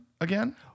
again